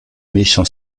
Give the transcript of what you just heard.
méchant